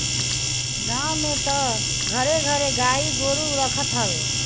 गांव में तअ घरे घरे गाई गोरु रखत हवे